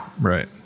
Right